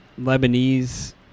Lebanese